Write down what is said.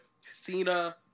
Cena